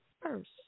first